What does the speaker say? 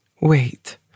Wait